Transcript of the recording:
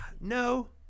No